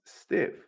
stiff